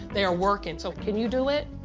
they are working. so can you do it?